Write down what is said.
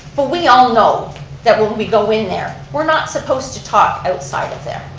but we all know that when we go in there we're not supposed to talk outside of there.